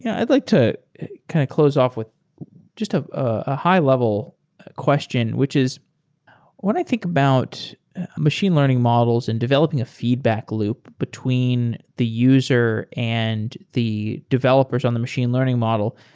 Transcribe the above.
i'd like to kind of close off with just ah a high-level question, which is what i think about machine learning models and developing a feedback loop between the user and the developers on the machine learning model,